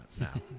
now